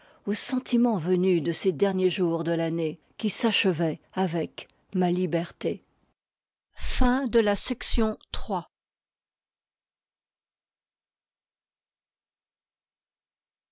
au sentiment venu de ces derniers jours de l'année qui s'achevait avec ma liberté ii ii